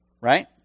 Right